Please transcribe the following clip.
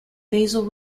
basal